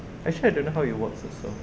actually I don't know how it works also